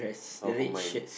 not from mine